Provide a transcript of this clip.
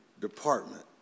department